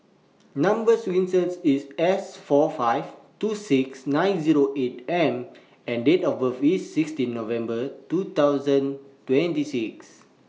Number sequence IS S four five two six nine Zero eight M and Date of birth IS sixteen November two thousand twenty six